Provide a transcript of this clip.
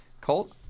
Colt